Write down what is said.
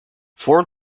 four